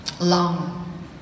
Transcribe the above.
long